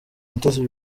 mutesi